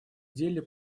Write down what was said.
деле